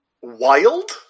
wild